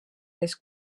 dels